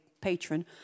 patron